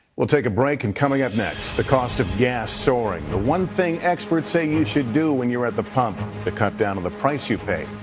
we'll take a break. and coming up next, the cost of gas soaring. the one thing expert say you should do when you're at the pump um to cut down on the price you pay.